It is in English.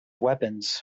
weapons